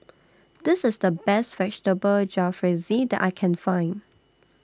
This IS The Best Vegetable Jalfrezi that I Can Find